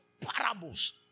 Parables